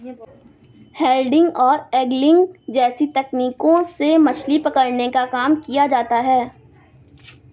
handling और angling जैसी तकनीकों से भी मछली पकड़ने का काम किया जाता है